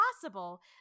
possible